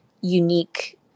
unique